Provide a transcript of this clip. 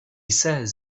says